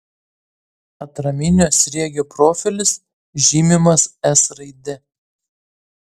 atraminio sriegio profilis žymimas s raide